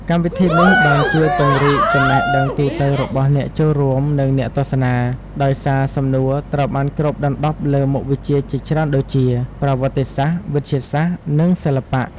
កម្មវិធីនេះបានជួយពង្រីកចំណេះដឹងទូទៅរបស់អ្នកចូលរួម និងអ្នកទស្សនា ដោយសារសំណួរត្រូវបានគ្របដណ្ដប់លើមុខវិជ្ជាជាច្រើនដូចជា ប្រវត្តិសាស្ត្រ វិទ្យាសាស្ត្រ និងសិល្បៈ។